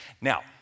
Now